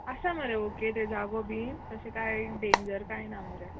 आसा मरे ओके थंय जागो बिन तशें काय डेंजर काय ना मरे